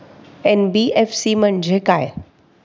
NBFC म्हणजे काय?